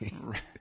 Right